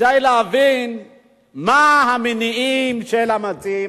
כדי להבין מה המניעים של המציעים,